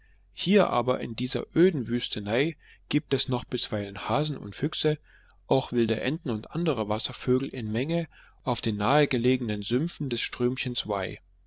hier aber in dieser öden wüstenei gibt es noch bisweilen hasen und füchse auch wilde enten und andere wasservögel in menge auf den nahegelegenen sümpfen des strömchens